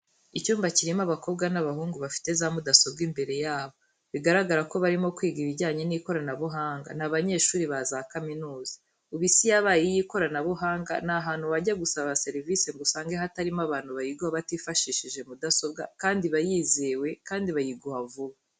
Icyumba kirimo abakobwa n'abahungu bafite za mudasobwa imbere yabo, bigaragara ko barimo kwiga ibijyanye n'ikoranabuhanga n'abanyeshuri ba za kaminuza. Ubu Isi yabaye iy'ikoranabuhanga nta hantu wajya gusaba serivisi ngo usange hatarimo abantu bayiguha batifashishije mudasobwa kandi iba yizewe kandi bayiguha vuba.